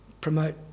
promote